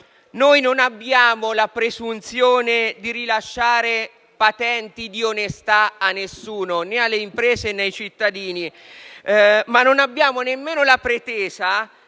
noi non abbiamo la presunzione di rilasciare patenti di onestà a nessuno, né alle imprese né ai cittadini, ma non abbiamo nemmeno la pretesa